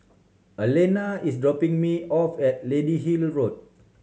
Allena is dropping me off at Lady Hill Road